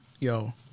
Yo